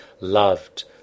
loved